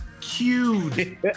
Cute